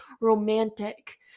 romantic